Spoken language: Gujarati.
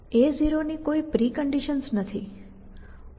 a0 ની કોઈ પ્રિકન્ડિશન્સ નથી